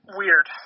weird